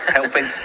helping